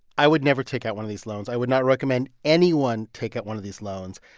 i would never take out one of these loans. i would not recommend anyone take out one of these loans.